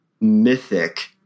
mythic